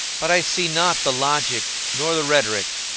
but i see not the logic nor the rhetoric,